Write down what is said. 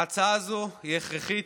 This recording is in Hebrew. ההצעה הזאת היא הכרחית,